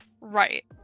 Right